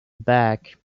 back